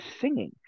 singing